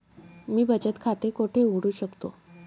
मी बचत खाते कोठे उघडू शकतो?